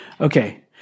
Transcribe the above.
Okay